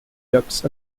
ducts